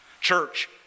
Church